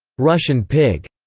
russian pig,